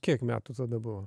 kiek metų tada buvo